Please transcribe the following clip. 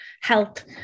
health